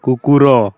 କୁକୁର